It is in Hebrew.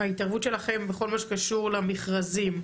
ההתערבות שלכם בכל מה שקשור למכרזים.